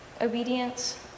obedience